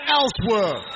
elsewhere